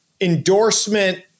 endorsement